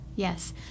Yes